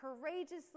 courageously